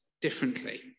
differently